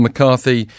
McCarthy